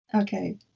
Okay